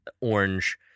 orange